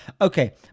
Okay